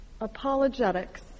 apologetics